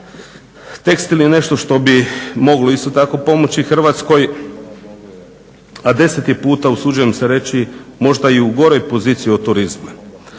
Tekstil je nešto što bi moglo isto tako pomoći Hrvatskoj, a deseti puta usuđujem se reći možda i u goroj poziciji od turizma.